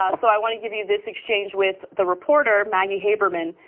um so i want to give you this exchange with the reporter, maggie haberman.